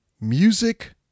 music